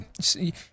See